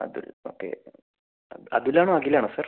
Atul okay Athul ആണോ അഖിൽ ആണോ sir